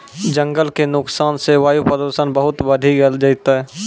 जंगल के नुकसान सॅ वायु प्रदूषण बहुत बढ़ी जैतै